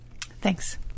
Thanks